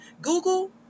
Google